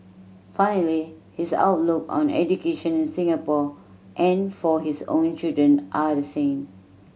funnily his outlook on education in Singapore and for his own children are the same